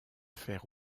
faire